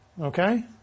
okay